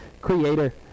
Creator